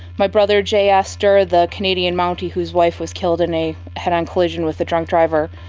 my brother js dirr, the canadian mountie whose wife was killed in a head-on collision with a drunk driver,